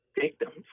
victims